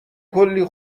کلی